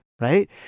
right